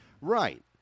Right